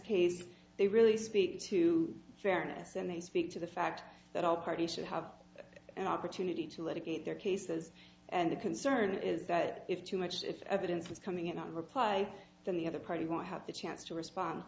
case they really speak to fairness and they speak to the fact that all parties should have an opportunity to litigate their cases and the concern is that if too much if evidence is coming in a reply then the other party won't have the chance to respond